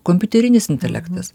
kompiuterinis intelektas